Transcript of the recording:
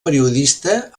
periodista